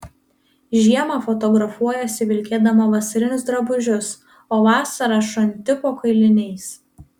žiemą fotografuojiesi vilkėdama vasarinius drabužius o vasarą šunti po kailiniais